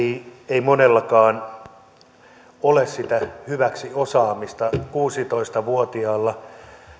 että monellakaan ei ole sitä hyväksiluettevaa osaamista kuusitoista vuotiaalla